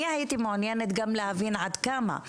אני הייתי מעוניינת גם להבין עד כמה,